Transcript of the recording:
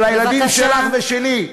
זה לילדים שלך ושלי.